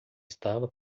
estava